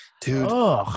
dude